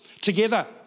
Together